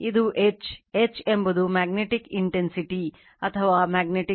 ಇದು H H ಎಂಬುದು magnetic intensity